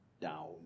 down